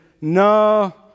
no